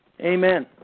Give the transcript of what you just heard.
Amen